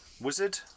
Wizard